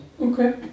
Okay